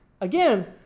again